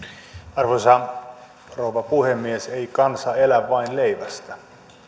arvoisa rouva puhemies ei kansa elä vain leivästä